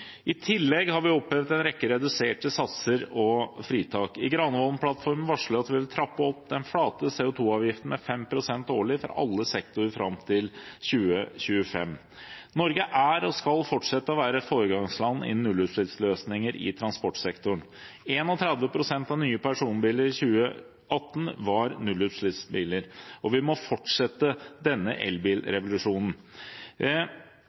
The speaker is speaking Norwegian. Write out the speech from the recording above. I tillegg har vi opphevet en rekke reduserte satser og fritak. I Granavolden-plattformen varsler vi at vi vil trappe opp den flate CO2-avgiften med 5 pst. årlig for alle sektorer fram til 2025. Norge er og skal fortsette å være et foregangsland innen nullutslippsløsninger i transportsektoren. 31 pst. av nye personbiler i 2018 var nullutslippsbiler. Og vi må fortsette denne